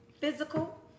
physical